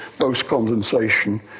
post-condensation